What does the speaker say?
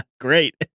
Great